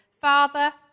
Father